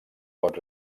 pot